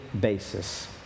basis